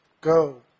go